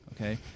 Okay